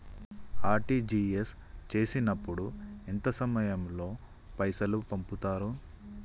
RTGS చేసినప్పుడు ఎంత సమయం లో పైసలు పంపుతరు?